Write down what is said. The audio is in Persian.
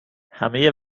همه